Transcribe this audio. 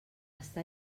està